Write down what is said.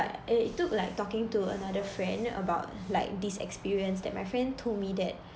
but eh it took like talking to another friend about like this experience that my friend told me that